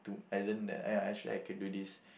I learn that I actually could do this